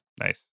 nice